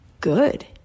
good